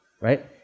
right